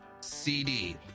CD